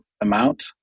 amount